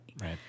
Right